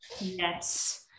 Yes